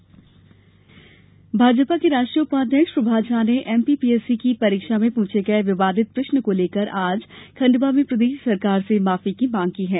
भाजपा आरोप भाजपा के राष्ट्रीय उपाध्यक्ष प्रभात झा ने एमपी पीसएसी की परीक्षा में पूछे गये विवादित प्रश्न को लेकर आज खंडवा में प्रदेश सरकार से माफी की मांग की है